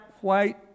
white